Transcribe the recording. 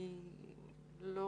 אני לא